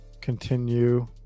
continue